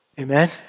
Amen